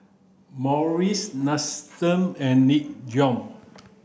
Morries and Nin Jiom